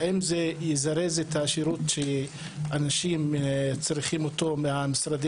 האם זה יזרז את השירות שאנשים צריכים ממשרדי